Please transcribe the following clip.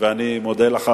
ואני מודה לך,